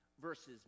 verses